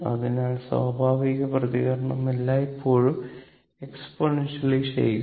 അതിനാൽ സ്വാഭാവിക പ്രതികരണം എല്ലായ്പ്പോഴും എക്സ്പൊനെൻഷ്യലി ക്ഷയിക്കുന്നു